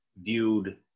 viewed